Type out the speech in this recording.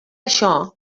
això